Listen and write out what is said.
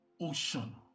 ocean